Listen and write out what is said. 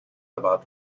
about